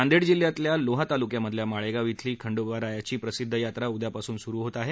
नांदेड जिल्ह्यातल्या लोहा ताल्क्यामधल्या माळेगांव इथली खंडोबारायाची प्रसिद्ध यात्रा उद्यापासून सुरु होत आहे